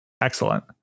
Excellent